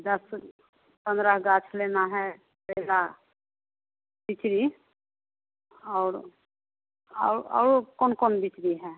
दस पंद्रह गाछ लेना है केला बीज और और और कौन कौन बीज है